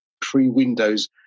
pre-Windows